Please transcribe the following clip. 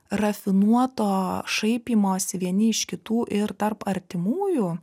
rafinuoto šaipymosi vieni iš kitų ir tarp artimųjų